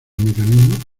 mecanismo